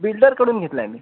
बिल्डरकडून घेतला आहे मी